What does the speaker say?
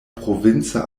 provinca